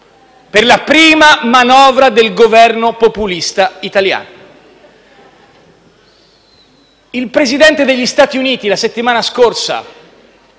per la prima manovra del Governo populista italiano. Il Presidente degli Stati Uniti la settimana scorsa